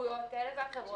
בסמכויות האלה והאחרות.